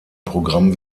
programm